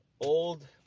old